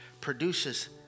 produces